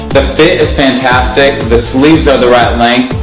the fit is fantastic the sleeves are the right length.